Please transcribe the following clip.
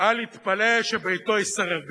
אל יתפלא שביתו יישרף בשבת.